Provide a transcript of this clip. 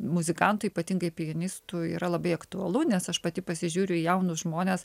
muzikantų ypatingai pianistų yra labai aktualu nes aš pati pasižiūriu į jaunus žmones